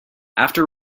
after